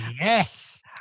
yes